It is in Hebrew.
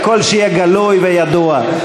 הכול שיהיה גלוי וידוע,